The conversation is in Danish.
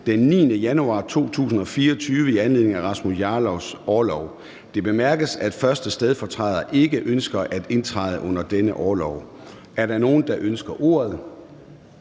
den 9. januar 2024 i anledning af Rasmus Jarlovs orlov. Det bemærkes, at 1. stedfortræder ikke ønsker at indtræde under denne orlov. Er der nogen, der ønsker ordet?